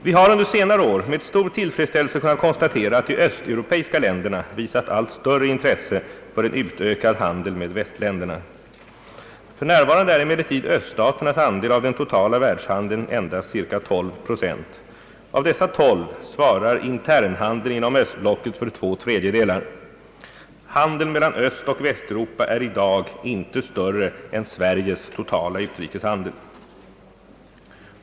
Vi har under senare år med stor tillfredsställelse kunnat konstatera att de östeuropeiska länderna visat allt större intresse för en utökad handel med västländerna. För närvarande är emellertid öststaternas andel av den totala världshandeln endast cirka 12 procent. Av dessa 12 svarar internhandeln inom östblocket för två tredjedelar. Handeln mellan Östoch Västeuropa är i dag inte större än Sveriges totala utrikeshandel.